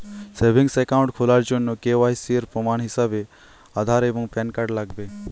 savings account খোলার জন্য KYC এর প্রমাণ হিসেবে আধার এবং প্যান কার্ড লাগবে